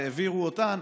העבירו אותן,